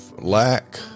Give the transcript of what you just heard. lack